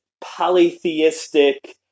polytheistic